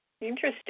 Interesting